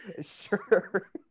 Sure